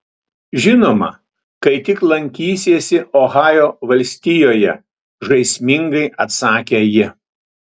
žinoma kai tik lankysiesi ohajo valstijoje žaismingai atsakė ji